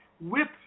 whip